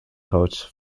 coach